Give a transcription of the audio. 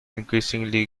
increasingly